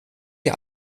ihr